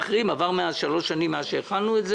עברו שלוש שנים מאז שהתחלנו עם החוק,